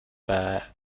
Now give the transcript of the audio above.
bei